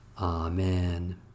Amen